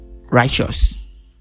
righteous